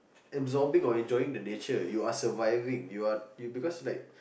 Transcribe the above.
absorbing or enjoying the nature you are surviving you are you because like